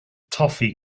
toffee